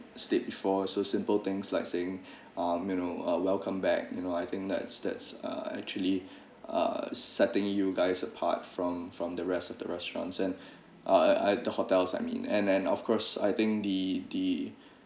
stayed before so simple things like saying ah you know uh welcome back you know I think that's that's uh actually uh setting you guys apart from from the rest of the restaurants and ah the hotels I mean and and of course I think the the